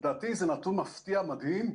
לדעתי, זה נתון מפתיע, מדהים.